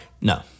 No